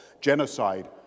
genocide